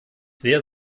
sehr